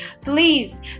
Please